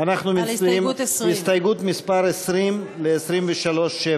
על הסתייגות 20. הסתייגות מס' 20, ל-23(7)